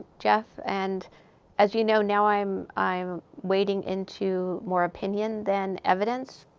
jeff. and as you know, now i'm i'm wading into more opinion than evidence.